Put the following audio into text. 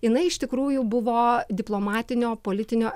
jinai iš tikrųjų buvo diplomatinio politinio